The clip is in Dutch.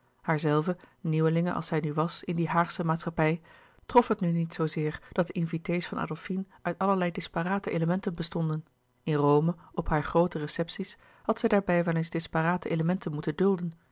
nieuwelinge als zij nu was in die haagsche maatschappij trof het nu niet zoo zeer dat de invité's van adolfine uit allerlei disparate louis couperus de boeken der kleine zielen elementen bestonden in rome op hare groote recepties had zij daarbij wel eens disparate elementen moeten dulden